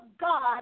God